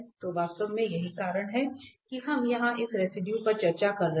तो वास्तव में यही कारण है कि हम यहां इस रेसिडुए पर चर्चा कर रहे हैं